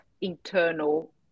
internal